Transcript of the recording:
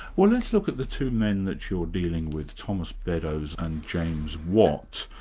well let's look at the two men that you're dealing with thomas beddoes and james watt,